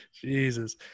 Jesus